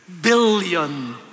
billion